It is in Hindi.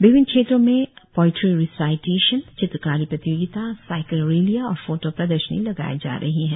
विभिन्न क्षेत्रों में पोईट्री रिसायटेशन चित्रकारी प्रतियोगिता साईकल रैलियाँ और फोटो प्रदर्शनी लगाई जा रही है